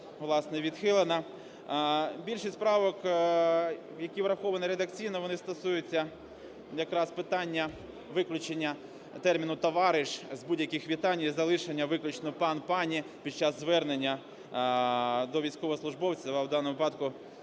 власне, відхилена. Більшість правок, які враховані редакційно вони стосуються якраз питання виключення терміну "товариш" з будь-яких вітань і залишення виключно "пан", "пані", під час звернення до військовослужбовців, а в даному випадку